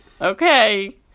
Okay